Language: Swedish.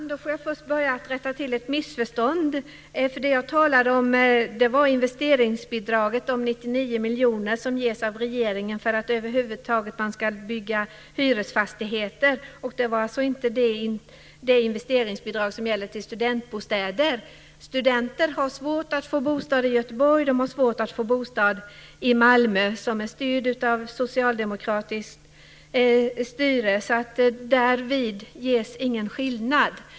Fru talman! Jag får börja med att rätta till ett missförstånd. Det jag talade om var nämligen investeringsbidraget om 99 miljoner som ges av regeringen för att man över huvud taget ska bygga hyresfastigheter. Det gällde alltså inte investeringsbidraget för studentbostäder. Studenter har svårt att få bostad i Göteborg och de har svårt att få bostad i Malmö, som har socialdemokratiskt styre. Därvid ges alltså ingen skillnad.